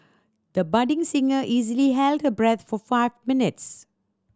the budding singer easily held her breath for five minutes